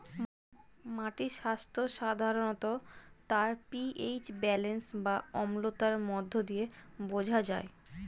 মাটির স্বাস্থ্য সাধারণত তার পি.এইচ ব্যালেন্স বা অম্লতার মধ্য দিয়ে বোঝা যায়